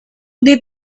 they